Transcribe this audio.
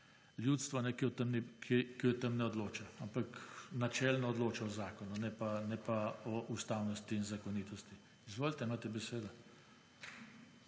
ljudstvo, ki o tem ne odloča. Ampak načelno odloča o zakonu, ne pa o ustavnosti in zakonitosti. Izvolite. Imate besedo.